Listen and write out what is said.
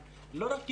לא רק ילדים,